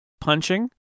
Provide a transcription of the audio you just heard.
punching